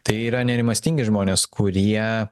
tai yra nerimastingi žmonės kurie